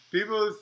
People